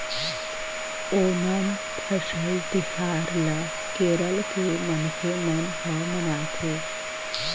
ओनम फसल तिहार ल केरल के मनखे मन ह मनाथे